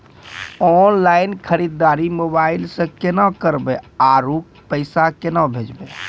Online खरीददारी mobile से केना करबै, आरु पैसा केना भेजबै?